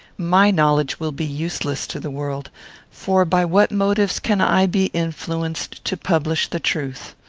my knowledge will be useless to the world for by what motives can i be influenced to publish the truth?